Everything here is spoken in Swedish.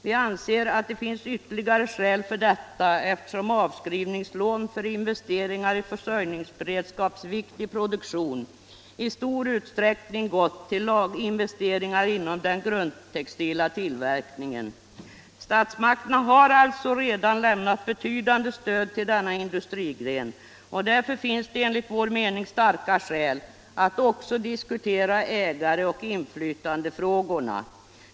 Vi anser att det finns ytterligare skäl för detta, eftersom avskrivningslån för investeringar i försörjningsberedskapsviktig produktion i stor utsträckning gått till investeringar inom den grundtextila tillverkningen. Statsmakterna har alltså redan lämnat betydande stöd till denna industrigren, och därför finns det enligt vår mening starka skäl att också diskutera ägaroch inflytandefrågorna.